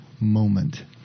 moment